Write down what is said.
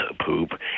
poop